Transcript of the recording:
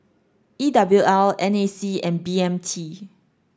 E W L N A C and B M T